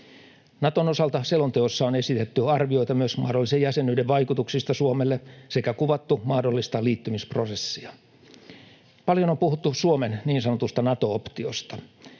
Naton osalta selonteossa on esitetty arvioita myös mahdollisen jäsenyyden vaikutuksista Suomelle sekä kuvattu mahdollista liittymisprosessia. Paljon on puhuttu Suomen niin sanotusta Nato-optiosta.